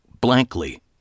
blankly